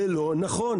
זה לא נכון.